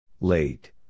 Late